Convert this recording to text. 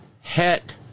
het